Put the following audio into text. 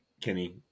Kenny